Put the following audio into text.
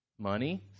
Money